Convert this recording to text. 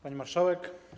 Pani Marszałek!